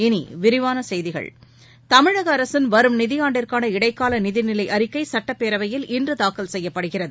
இனி விரிவான செய்திகள் தமிழக அரசின் வரும் நிதியாண்டிற்கான இடைக்கால நிதிநிலை அறிக்கை சுட்டப்பேரவையில் இன்று தாக்கல் செய்யப்படுகிறது